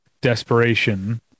desperation